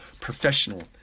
professional